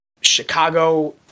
Chicago